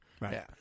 Right